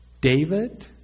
David